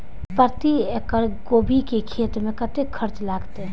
प्रति एकड़ गोभी के खेत में कतेक खर्चा लगते?